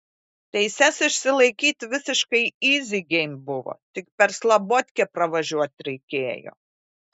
teises išsilaikyt visiškai yzi geim buvo tik per slabotkę pravažiuot reikėjo